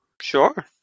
Sure